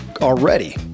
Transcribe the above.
already